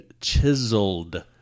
chiseled